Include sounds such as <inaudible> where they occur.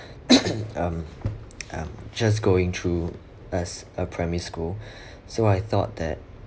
<coughs> um um just going through as a primary school so I thought that